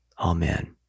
Amen